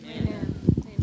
Amen